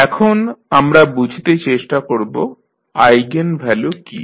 এখন আমরা বুঝতে চেষ্টা করব আইগেনভ্যালু কী